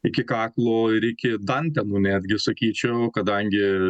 iki kaklo ir iki dantenų netgi sakyčiau kadangi